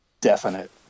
definite